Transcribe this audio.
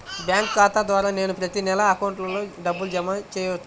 Bank ఖాతా ద్వారా నేను ప్రతి నెల అకౌంట్లో డబ్బులు జమ చేసుకోవచ్చా?